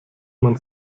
man